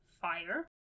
fire